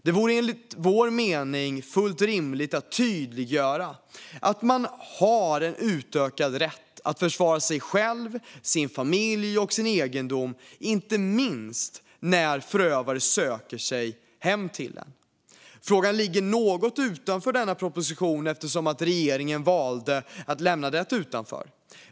Det vore enligt vår mening fullt rimligt att tydliggöra att man har en utökad rätt att försvara sig själv, sin familj och sin egendom, inte minst när förövare söker sig hem till en. Frågan ligger något utanför denna proposition, eftersom regeringen valde att lämna den utanför.